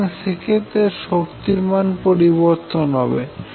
সুতরাং সে ক্ষেত্রে শক্তির মান পরিবর্তন হবে